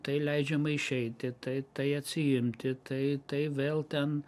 tai leidžiama išeiti tai tai atsiimti tai tai vėl ten